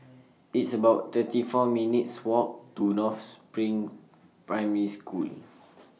It's about thirty four minutes' Walk to North SPRING Primary School